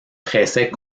pressait